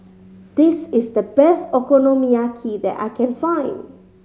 this is the best Okonomiyaki that I can find